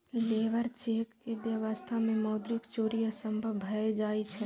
labour check के व्यवस्था मे मौद्रिक चोरी असंभव भए जाइ छै